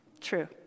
True